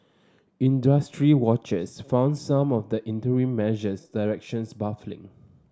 industry watchers found some of the interim measures directions baffling